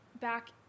back